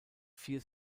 vier